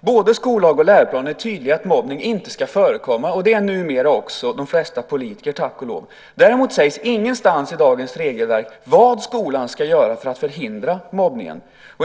både skollag och läroplan är tydliga när det gäller att mobbning inte ska förekomma. Det är, tack och lov, numera också de flesta politiker. Däremot sägs ingenstans i dagens regelverk vad skolan ska göra för att förhindra mobbningen.